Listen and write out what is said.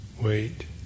wait